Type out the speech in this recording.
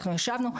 אנחנו ישבנו,